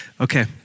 Okay